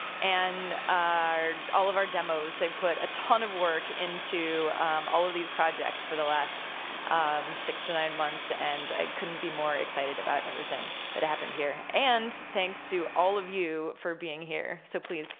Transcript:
and all of our demos. they've put a ton of work into all of these projects for the last six to nine months, and i couldn't be more excited about everything that happened here. and thanks to all of you for being here, so please,